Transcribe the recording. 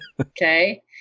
Okay